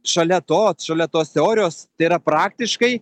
šalia to šalia tos teorijos tai yra praktiškai